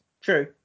true